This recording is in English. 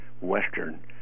Western